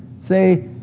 say